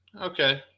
Okay